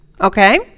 okay